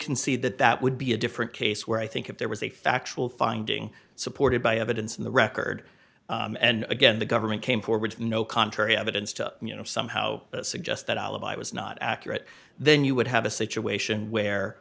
concede that that would be a different case where i think if there was a factual finding supported by evidence in the record and again the government came forward with no contrary evidence to you know somehow suggest that alibi was not accurate then you would have a situation where